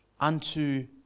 unto